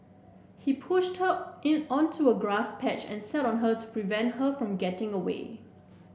he pushed her in onto a grass patch and sat on her to prevent her from getting away